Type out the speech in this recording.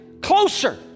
closer